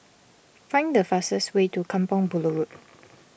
find the fastest way to Kampong Bahru Road